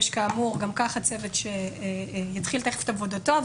ישנו צוות שתכף יתחיל את עבודתו,